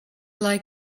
like